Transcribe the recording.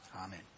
Amen